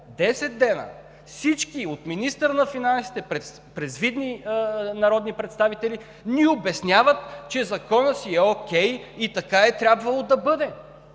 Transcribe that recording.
10 дни на всички нас – от министъра на финансите, през видни народни представители, ни обясняват, че Законът си е окей и така е трябвало да бъде.